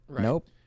nope